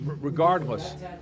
regardless